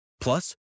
Plus